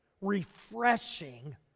refreshing